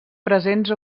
presents